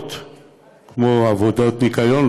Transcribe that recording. מטלות כמו עבודות ניקיון,